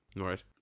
Right